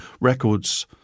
records